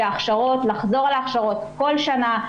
שחוזרים על ההכשרות בכל שנה.